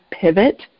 pivot